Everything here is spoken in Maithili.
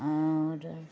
आओर